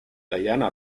diana